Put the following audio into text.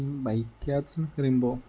bike യാത്രയെന്നു പറയുമ്പോൾ